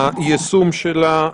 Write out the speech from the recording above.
היישום שלה,